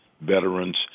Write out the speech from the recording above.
veterans